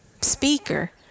speaker